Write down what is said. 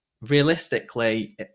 realistically